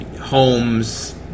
homes